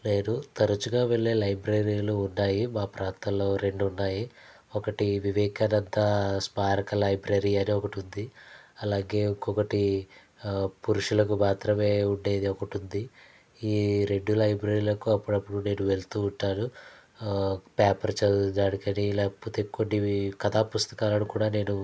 నేను తరుచుగా వెళ్లే లైబ్రరీలు ఉన్నాయి మా ప్రాంతంలో రెండు ఉన్నాయి ఒకటి వివేకానంద స్పార్క్ లైబ్రరీ అని ఒకటి ఉంది అలాగే ఇంకొకటి పురుషులకు మాత్రమే ఉండేది ఒకటుంది ఈ రెండు లైబ్రరీలకు అప్పుడప్పుడు నేను వెళ్తూ ఉంటాను పేపర్ చదవడానికని లేకపోతే కొన్ని కథా పుస్తకాలను కూడా నేను